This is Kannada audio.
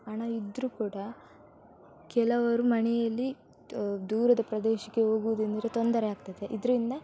ಹಣ ಇದ್ದರೂ ಕೂಡ ಕೆಲವರು ಮಣೆಯಲ್ಲಿ ದೂರದ ಪ್ರದೇಶಕ್ಕೆ ಹೋಗುವುದೆಂದರೆ ತೊಂದರೆ ಆಗ್ತದೆ ಇದರಿಂದ